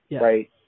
right